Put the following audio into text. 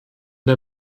der